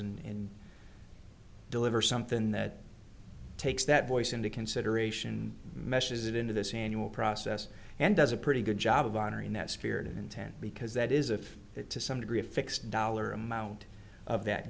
and deliver something that takes that voice into consideration meshes it into this annual process and does a pretty good job of honoring that spirit and intent because that is if it to some degree a fixed dollar amount of that